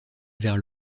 vers